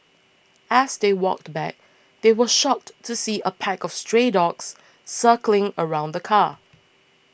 as they walked back they were shocked to see a pack of stray dogs circling around the car